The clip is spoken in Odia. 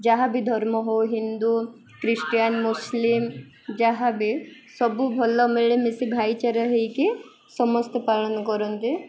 ଯାହା ବିି ଧର୍ମ ହଉ ହିନ୍ଦୁ ଖ୍ରୀଷ୍ଟିଆନ ମୁସଲିମ ଯାହାବି ସବୁ ଭଲ ମିଳିମିଶି ଭାଇଚାରା ହେଇକି ସମସ୍ତେ ପାଳନ କରନ୍ତି